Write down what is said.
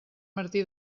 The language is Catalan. martí